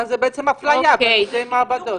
זו בעצם אפליה בין שתי מעבדות.